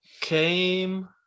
came